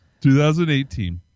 2018